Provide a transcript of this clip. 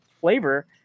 flavor